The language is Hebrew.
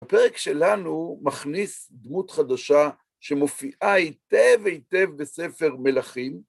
הפרק שלנו מכניס דמות חדשה שמופיעה היטב-היטב בספר מלאכים.